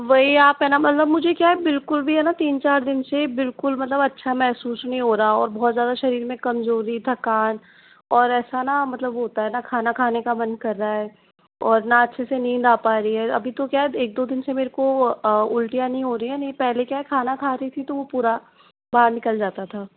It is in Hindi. वही आप है न मतलब मुझे क्या है बिल्कुल भी है न तीन चार दिन से बिल्कुल मतलब अच्छा महसूस नहीं हो रहा और बहुत ज़्यादा शरीर में कमजोरी थकान और ऐसा न मतलब वो होता है न खाना खाने का मन कर रहा है और न अच्छे से नींद आ पा रही है अभी तो क्या एक दो दिन से मेरे को उल्टियाँ नहीं हो रही हैं नहीं पहले क्या खाना खाती थी तो वो पूरा बाहर निकल जाता था